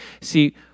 See